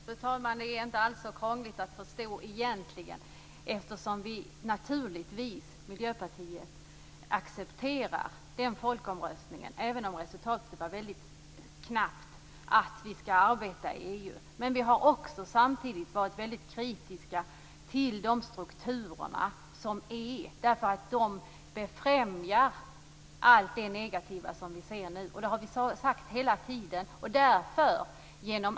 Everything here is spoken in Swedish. Fru talman! Det är egentligen inte alls så krångligt att förstå. Miljöpartiet accepterar naturligtvis resultatet av folkomröstningen, även om det var väldigt knappt, som innebär att vi skall arbeta i EU. Men vi har samtidigt varit väldigt kritiska till de strukturer som finns. De befrämjar allt det negativa som vi ser nu. Det har vi sagt hela tiden.